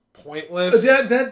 Pointless